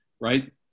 right